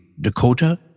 Dakota